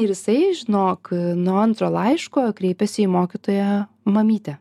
ir jisai žinok nuo antro laiško kreipėsi į mokytoją mamyte